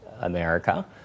America